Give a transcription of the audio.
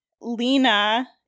lena